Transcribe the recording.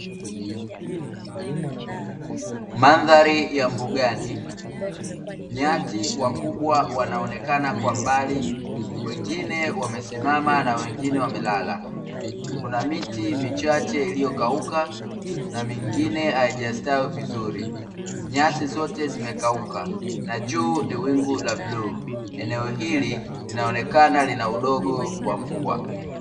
Mandhari ya mbugani, nyati wakubwa wanaonekana kwa mbali, wengine wamesimama na wengine wamelala. Kuna miti michache iliyokauka na mingine haijastawi vizuri. Nyasi zote zimekauka, na juu ni wingu la bluu. Eneo hili linaonekana lina udogo wa mvua.